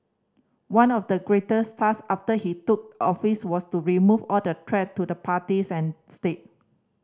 one of the greatest task after he took office was to remove all threat to the parties and state